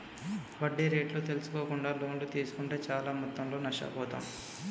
వడ్డీ రేట్లు తెల్సుకోకుండా లోన్లు తీస్కుంటే చానా మొత్తంలో నష్టపోతాం